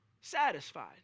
satisfied